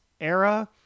era